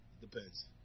Depends